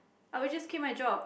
I would just quit my job